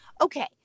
Okay